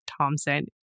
Thompson